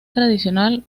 tradicional